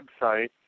website